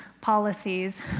policies